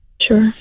Sure